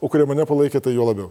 o kurie mane palaikė tai juo labiau